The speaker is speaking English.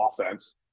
offense